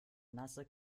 nasse